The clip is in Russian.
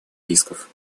рисков